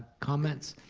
comments?